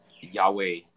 Yahweh